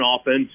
offense